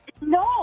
No